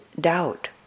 doubt